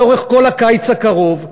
לאורך כל הקיץ הקרוב,